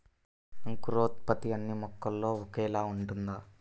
అంకురోత్పత్తి అన్నీ మొక్కల్లో ఒకేలా ఉంటుందా?